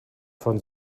von